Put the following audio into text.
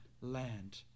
land